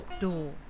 door